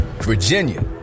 Virginia